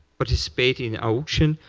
participate in auction